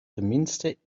tenminste